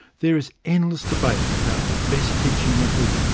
there is endless debate about the best teaching methods,